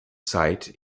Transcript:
site